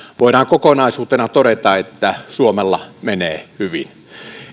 voidaan kokonaisuutena todeta että suomella menee hyvin